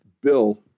Bill